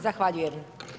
Zahvaljujem.